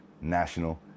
national